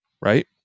right